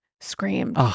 screamed